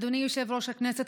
אדוני יושב-ראש הכנסת,